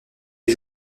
les